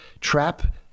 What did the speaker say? trap